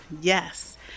Yes